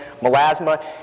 Melasma